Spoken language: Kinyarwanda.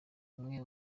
amwe